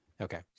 okay